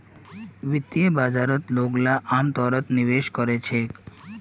वित्तीय बाजारत लोगला अमतौरत निवेश कोरे छेक